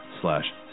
slash